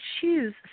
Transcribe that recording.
choose